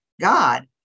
God